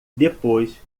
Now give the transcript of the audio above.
depois